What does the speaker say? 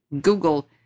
Google